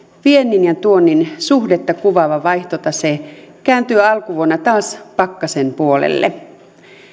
viennin ja tuonnin suhdetta kuvaava vaihtotase kääntyi alkuvuonna taas pakkasen puolelle